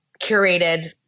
curated